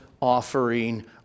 offering